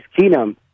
Keenum